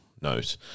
note